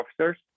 officers